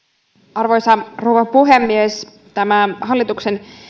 arvoisa rouva puhemies tämä hallituksen